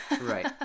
right